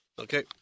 Okay